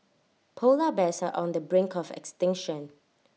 Polar Bears are on the brink of extinction